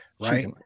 Right